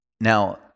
Now